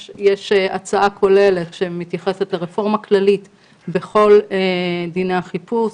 יש הצעה כוללת שמתייחסת לרפורמה כללית בכל דיני החיפוש,